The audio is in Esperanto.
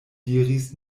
diris